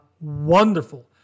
wonderful